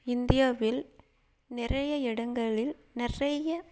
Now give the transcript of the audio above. இந்தியாவில் நிறைய இடங்களில் நிறைய